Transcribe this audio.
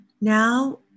now